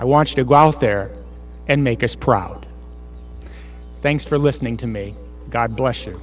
i want you to go out there and make us proud thanks for listening to me god bless y